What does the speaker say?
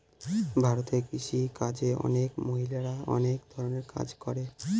ভারতে কৃষি কাজে অনেক মহিলারা অনেক ধরনের কাজ করে